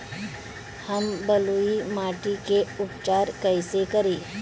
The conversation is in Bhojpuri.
हम बलुइ माटी के उपचार कईसे करि?